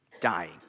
dying